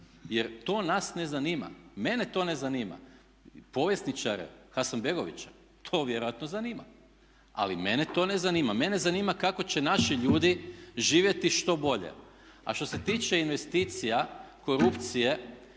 jer to nas ne zanima, mene to ne zanima. Povjesničare, Hasanbegovića, to vjerojatno zanima ali mene to ne zanima. Mene zanima kako će naši ljudi živjeti što bolje. A što se tiče investicija, korupcije.